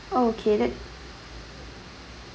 okay that